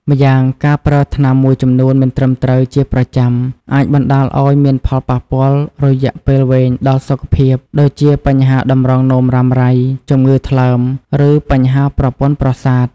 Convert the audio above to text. ម្យ៉ាងការប្រើថ្នាំមួយចំនួនមិនត្រឹមត្រូវជាប្រចាំ អាចបណ្ដាលឱ្យមានផលប៉ះពាល់រយៈពេលវែងដល់សុខភាព ដូចជាបញ្ហាតម្រងនោមរ៉ាំរ៉ៃ ជំងឺថ្លើម ឬបញ្ហាប្រព័ន្ធប្រសាទ។